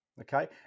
okay